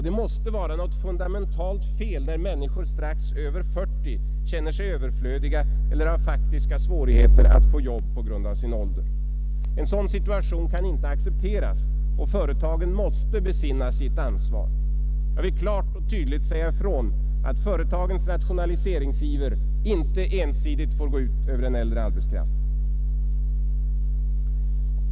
Det måste vara något fundamentalt fel när människor strax över fyrtio känner sig överflödiga eller har faktiska svårigheter att få jobb på grund av sin ålder. En sådan situation kan inte accepteras. Företagen måste besinna sitt ansvar. Jag vill klart och tydligt säga ifrån att företagens rationaliseringsiver inte ensidigt får gå ut över den äldre arbetskraften.